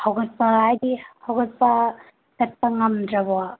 ꯍꯧꯒꯠꯄ ꯍꯥꯏꯗꯤ ꯍꯧꯒꯠꯄ ꯆꯠꯄ ꯉꯝꯗ꯭ꯔꯕꯣ